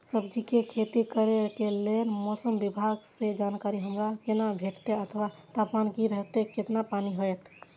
सब्जीके खेती करे के लेल मौसम विभाग सँ जानकारी हमरा केना भेटैत अथवा तापमान की रहैत केतना पानी होयत?